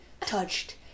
touched